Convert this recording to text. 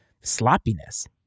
sloppiness